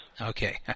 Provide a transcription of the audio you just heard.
Okay